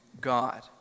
God